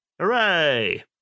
Hooray